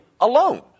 alone